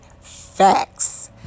Facts